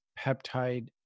peptide